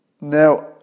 Now